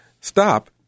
Stop